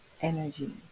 energy